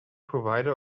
provider